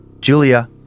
Julia